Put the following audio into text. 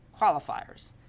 qualifiers